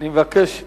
אני מבקש לסיים.